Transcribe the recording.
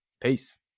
Peace